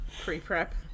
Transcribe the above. pre-prep